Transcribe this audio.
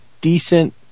decent